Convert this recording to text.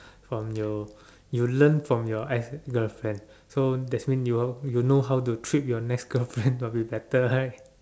from your you learn from your ex girlfriend so that's mean your you know how to treat your next girlfriend to be better right